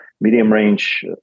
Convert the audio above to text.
medium-range